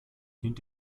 dient